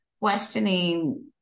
questioning